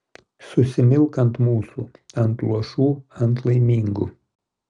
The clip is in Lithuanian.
susimilk ant mūsų ant luošų ant laimingų